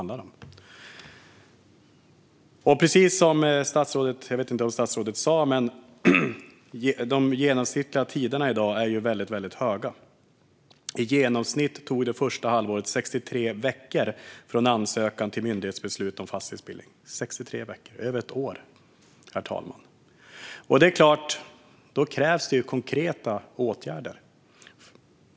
Det är det som den här interpellationen handlar om. De genomsnittliga tiderna är i dag väldigt höga. I genomsnitt tog det 63 veckor från ansökan till myndighetsbeslut om fastighetsbildning under det första halvåret 2018. Det är över ett år, herr talman. Det är klart att det då krävs konkreta åtgärder.